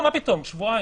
לא, מה פתאום, שבועיים.